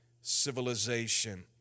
civilization